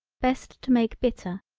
best to make bitter,